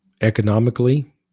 economically